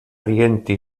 riente